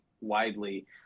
widely